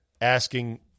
asking